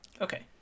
Okay